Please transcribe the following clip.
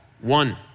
one